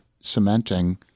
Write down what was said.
cementing